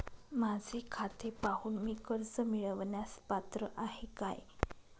माझे खाते पाहून मी कर्ज मिळवण्यास पात्र आहे काय?